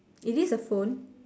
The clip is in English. it is a phone